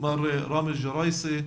של מר ראמז ג'ראייסי,